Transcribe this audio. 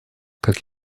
как